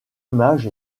image